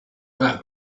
that